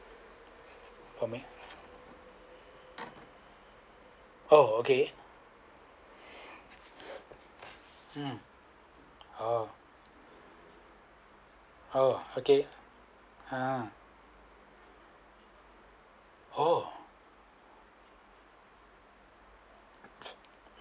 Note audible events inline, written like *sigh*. oh okay *breath* mm oh oh okay ya oh